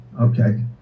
Okay